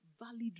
Valid